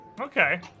Okay